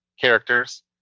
characters